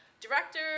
director